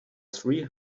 three